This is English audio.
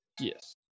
yes